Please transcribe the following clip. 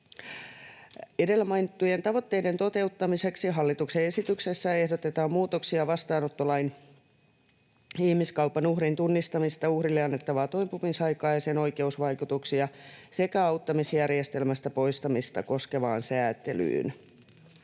Edellä mainittujen tavoitteiden toteuttamiseksi hallituksen esityksessä ehdotetaan muutoksia vastaanottolain ihmiskaupan uhrin tunnistamista, uhrille annettavaa toipumisaikaa ja sen oikeusvaikutuksia sekä auttamisjärjestelmästä poistamista koskevaan säätelyyn.